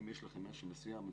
אם יש לכם משהו מסוים,